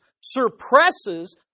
suppresses